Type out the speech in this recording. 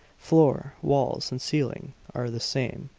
floor, walls, and ceiling are the same.